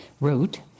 wrote